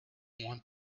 want